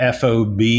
FOB